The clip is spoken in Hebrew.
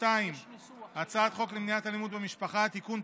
2. הצעת חוק למניעת אלימות במשפחה (תיקון,